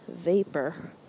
vapor